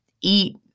Eat